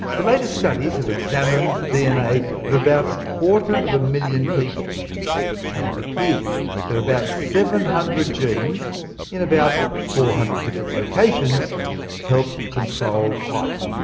the latest studies have examined the dna of about a quarter-of-a-million people and it appears that about seven hundred different genes in about four hundred different locations help control height.